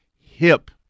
hip